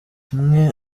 rimwe